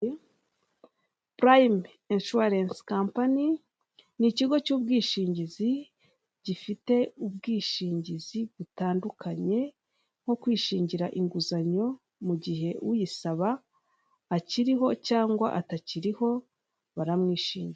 Purayime inshuwarensi kampani, ni ikigo cy'ubwishingizi gifite ubwishingizi butandukanye, nko kwishingira inguzanyo mu gihe uyisaba akiriho cyangwa atakiriho baramwishimira.